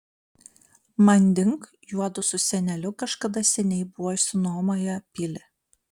manding juodu su seneliu kažkada seniai buvo išsinuomoję pilį